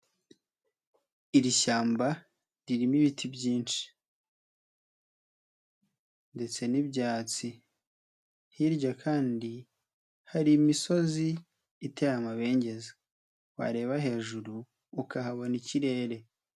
Iri shyamba ririmo ibiti byinshi ndetse n'ibyatsi. Hirya kandi hari imisozi iteye amabengeza. Wareba hejuru ukahabona ikirere.